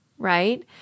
right